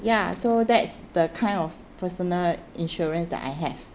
ya so that's the kind of personal insurance that I have